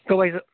तो भाईसा